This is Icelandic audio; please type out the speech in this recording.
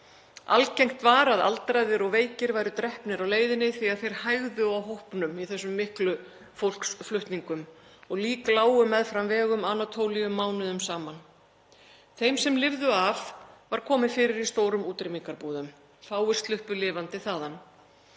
Algengt var að aldraðir og veikir væru drepnir á leiðinni því að þeir hægðu á hópnum í þessum miklu fólksflutningum og lík lágu meðfram vegum Anatólíu mánuðum saman. Þeim sem lifðu af var komið fyrir í stórum útrýmingarbúðum. Fáir sluppu lifandi þaðan.